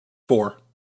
four